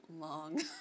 long